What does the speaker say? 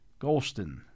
Golston